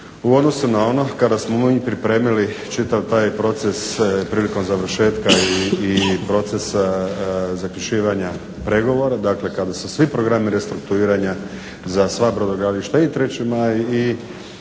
u odnosu na ono kada smo mi pripremili čitav taj proces prilikom završetka i procesa zaključivanja pregovora. Dakle, kada se svi programi restrukturiranja za sva brodogradilišta i 3. maj i